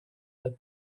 but